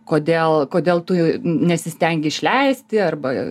kodėl kodėl tu nesistengi išleisti arba